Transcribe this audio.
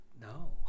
No